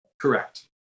Correct